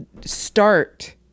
start